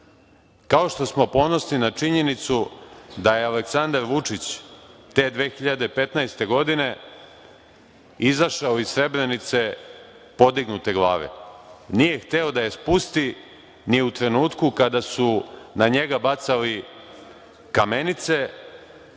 što smo ponosni na činjenicu da je Aleksandar Vučić te 2015. godine izašao iz Srebrenice podignute glave, nije hteo da je spusti ni u trenutku kada su na njega bacali kamenice